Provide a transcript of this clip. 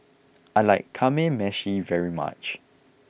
I like Kamameshi very much